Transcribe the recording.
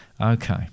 Okay